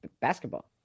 Basketball